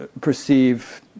perceive